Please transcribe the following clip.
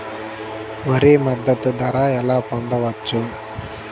వరి మద్దతు ధర ఎలా పొందవచ్చు?